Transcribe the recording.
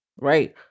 right